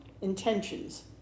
intentions